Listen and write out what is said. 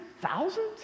Thousands